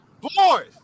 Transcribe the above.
Boys